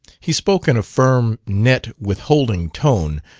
he spoke in a firm, net, withholding tone,